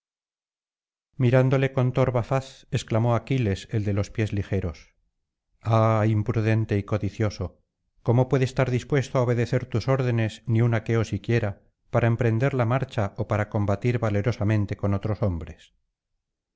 mirándole con torva faz exclamó aquiles el de los pies ligeros i ah impudente y codicioso cómo puede estar dispuesto á obedecer tus órdenes ni un aqueo siquiera para emprender la marcha ó para combatir valerosamente con otros hombres